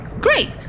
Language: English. Great